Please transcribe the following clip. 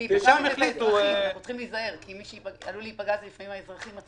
אתם צריכים להביא לנו את המידע.